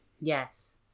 yes